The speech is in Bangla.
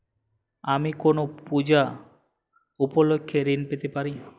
আমি কোনো পূজা উপলক্ষ্যে ঋন পেতে পারি কি?